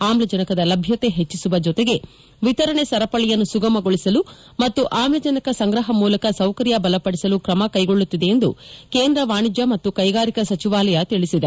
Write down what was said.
ಆಮ್ಲಜನಕದ ಲಭ್ಯತೆ ಹೆಚ್ಚಿಸುವ ಜೊತೆಗೆ ವಿತರಣೆ ಸರಪಳಿಯನ್ನು ಸುಗಮಗೊಳಿಸಲು ಮತ್ತು ಆಮ್ಲಜನಕ ಸಂಗ್ರಹ ಮೂಲಕ ಸೌಕರ್ಯ ಬಲಪದಿಸಲು ಕ್ರಮ ಕೈಗೊಳ್ಳುತ್ತಿದೆ ಎಂದು ಕೇಂದ್ರ ವಾಣಿಜ್ಯ ಮತ್ತು ಕೈಗಾರಿಕಾ ಸಚಿವಾಲಯ ತಿಳಿಸಿದೆ